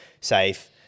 Safe